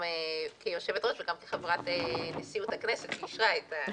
גם כיושבת-ראש וגם כחברת נשיאות הכנסת שאישרה את ההצעה.